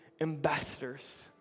ambassadors